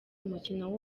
umukino